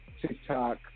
TikTok